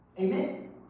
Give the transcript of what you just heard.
Amen